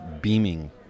beaming